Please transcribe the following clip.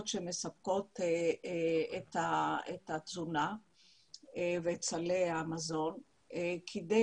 שמספקות את התזונה ואת סלי מזון כדי